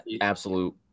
absolute